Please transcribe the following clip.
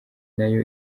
nayo